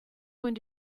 going